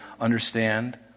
understand